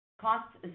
Costs